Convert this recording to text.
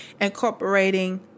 incorporating